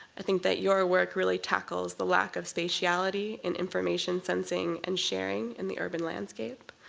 i think that your work really tackles the lack of spatiality in information sensing and sharing in the urban landscape.